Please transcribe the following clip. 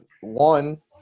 one